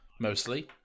Mostly